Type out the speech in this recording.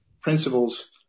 principles